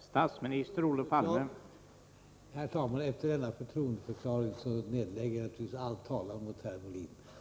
Nr 155 Herr talman! Efter denna förtroendeförklaring nedlägger jag naturligtvis Fredagen den all talan mot herr Molin.